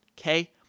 Okay